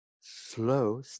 Slow